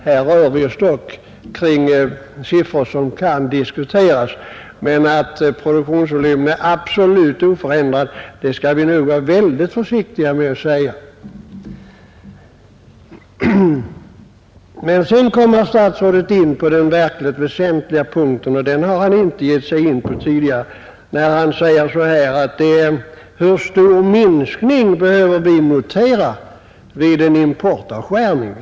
Här rör vi oss dock med siffror som kan diskuteras, men att produktionsvolymen är absolut oförändrad skall vi nog vara mycket försiktiga med att säga. Sedan kom herr statsrådet in på den verkligt väsentliga punkten, och den har han inte gett sig in på tidigare. Han säger nämligen: Hur stor minskning av produktionen behöver vi notera vid en importavskärning?